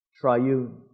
Triune